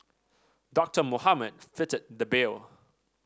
Doctor Mohamed fitted the bill